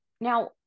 now